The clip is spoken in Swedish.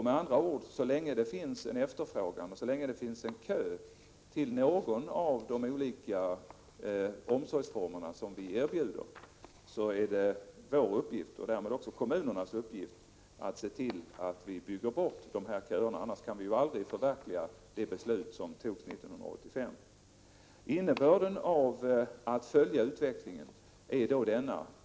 Med andra ord: Så länge det finns efterfrågan på eller kö till någon av de olika omsorgsformer som vi erbjuder är det vår ; uppgift, och därmed också kommunernas uppgift, att se till att vi bygger bort köerna. Annars skall vi aldrig kunna förverkliga det beslut som fattades 1985. | Innebörden av att följa utvecklingen är följande.